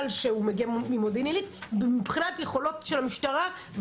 שהוא מגיע ממודיעין עילית ומבחינת יכולות של המשטרה.